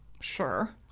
Sure